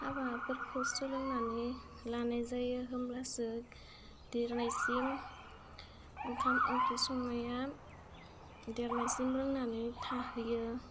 हाबाफोरखौ सोलोंनानै लानाय जायो होमब्लासो दिरनायसिम ओंखाम ओंख्रि संनाया देरनायसिम रोंनानै थाहैयो